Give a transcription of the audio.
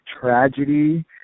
tragedy